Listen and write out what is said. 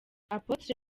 apôtre